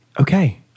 okay